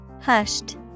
Hushed